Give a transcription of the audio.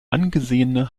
angesehene